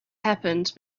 happened